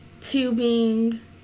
tubing